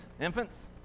infants